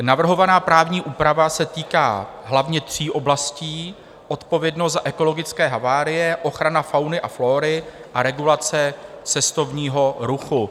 Navrhovaná právní úprava se týká hlavně tří oblastí: odpovědnost za ekologické havárie, ochrana fauny a flóry a regulace cestovního ruchu.